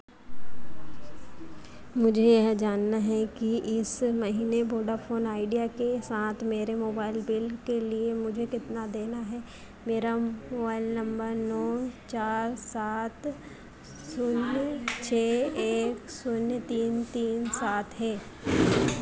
मुझे यह जानना है कि इस महीने बोडाफोन आइडिया के साथ मेरे मोबाइल बिल के लिए मुझे कितना देना है मेरा मोबाइल नंबर नौ चार सात शून्य छः एक शून्य तीन तीन सात है